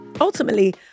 Ultimately